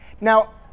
Now